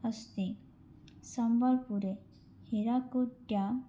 अस्ति सम्बल्पुरे हिराकुट्यां